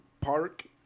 park